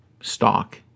stock